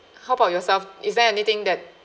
how about yourself is there anything that